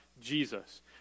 Jesus